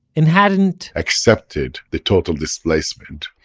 and hadn't, accepted the total displacement.